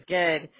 good